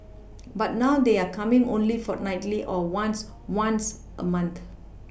but now they're coming only fortnightly or once once a month